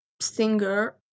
singer